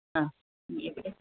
ആ എവിടെ